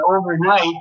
overnight